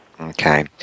Okay